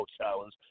challenge